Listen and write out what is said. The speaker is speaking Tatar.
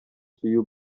сөю